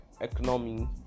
economy